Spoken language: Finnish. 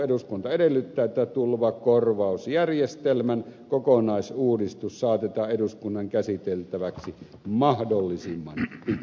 eduskunta edellyttää että tulvakorvausjärjestelmän kokonaisuudistus saatetaan eduskunnan käsiteltäväksi mahdollisimman